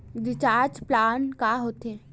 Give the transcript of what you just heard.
Recharge plan का होथे?